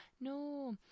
no